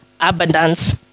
abundance